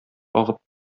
агып